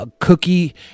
cookie